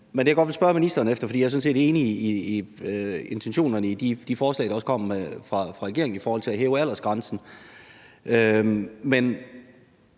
der er. Men jeg godt vil spørge ministeren om noget. Jeg er sådan set enig i intentionerne i de forslag, der kom fra regeringen, om at hæve aldersgrænsen.